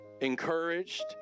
encouraged